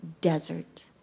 desert